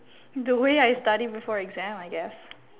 the way I study before exam I guess